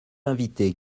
invités